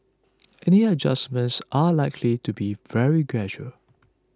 any adjustments are likely to be very gradual